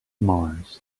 mars